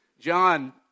John